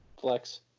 Flex